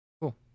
Cool